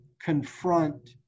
confront